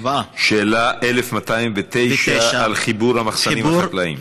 שאלה 1209 על חיבור המחסנים החקלאיים.